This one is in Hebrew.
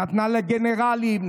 נתנה לגנרלים,